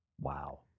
Wow